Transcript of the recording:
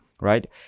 right